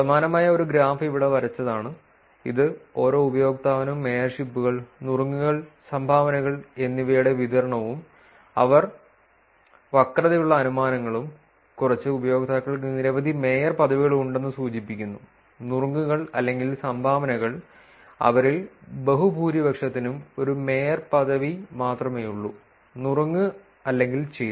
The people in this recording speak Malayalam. സമാനമായ ഒരു ഗ്രാഫ് ഇവിടെ വരച്ചതാണ് ഇത് ഓരോ ഉപയോക്താവിനും മേയർഷിപ്പുകൾ നുറുങ്ങുകൾ സംഭാവനകൾ എന്നിവയുടെ വിതരണവും അവർ വക്രതയുള്ള അനുമാനങ്ങളും കുറച്ച് ഉപയോക്താക്കൾക്ക് നിരവധി മേയർ പദവികൾ ഉണ്ടെന്ന് സൂചിപ്പിക്കുന്നു നുറുങ്ങുകൾ അല്ലെങ്കിൽ സംഭാവനകൾ അവരിൽ ബഹുഭൂരിപക്ഷത്തിനും ഒരു മേയർ പദവി മാത്രമേയുള്ളൂ നുറുങ്ങ് അല്ലെങ്കിൽ ചെയ്തു